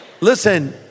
Listen